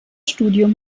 studium